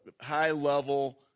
high-level